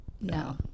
No